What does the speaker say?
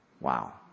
wow